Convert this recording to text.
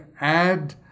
add